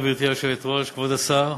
גברתי היושבת-ראש, תודה, כבוד השר,